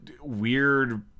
weird